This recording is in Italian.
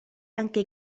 anche